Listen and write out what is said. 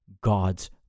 God's